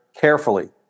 carefully